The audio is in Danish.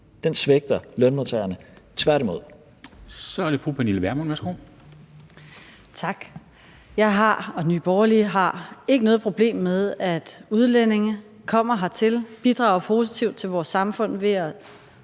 det fru Pernille Vermund. Værsgo. Kl. 17:18 Pernille Vermund (NB): Tak. Jeg og Nye Borgerlige har ikke noget problem med, at udlændinge kommer hertil og bidrager positivt til vores samfund ved at